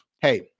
Hey